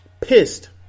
pissed